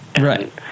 right